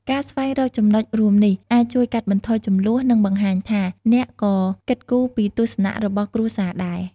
ការស្វែងរកចំណុចរួមនេះ អាចជួយកាត់បន្ថយជម្លោះ និងបង្ហាញថាអ្នកក៏គិតគូរពីទស្សនៈរបស់គ្រួសារដែរ។